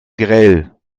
grell